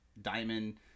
diamond